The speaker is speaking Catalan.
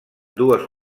dues